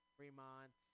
Fremont